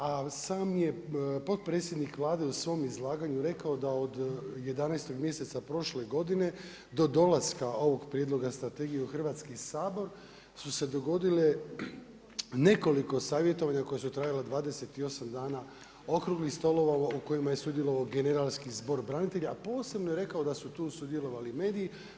A sam je potpredsjednik Vlade u svom izlaganju rekao da od 11. mjeseca prošle godine do dolaska ovog prijedloga strategije u Hrvatski sabor su se dogodile nekoliko savjetovanja koja su trajala 28 dana, okruglih stolova u kojima je sudjelovao generalski zbor branitelja, a posebno je rekao da su tu sudjelovali mediji.